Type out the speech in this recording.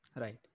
Right